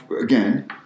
again